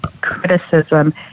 criticism